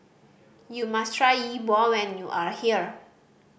you must try Yi Bua when you are here